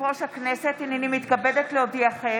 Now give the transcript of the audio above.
הכנסת, הינני מתכבדת להודיעכם,